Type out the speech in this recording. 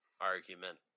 argument